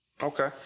okay